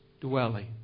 dwelling